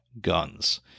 Guns